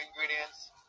ingredients